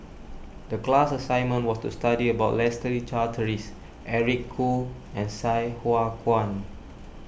the class assignment was to study about Leslie Charteris Eric Khoo and Sai Hua Kuan